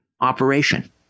operation